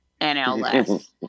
NLS